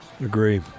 Agree